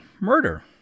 murder